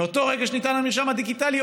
מאותו רגע שניתן המרשם הדיגיטלי,